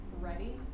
ready